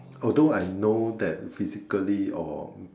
although I know that physically or